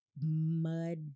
mud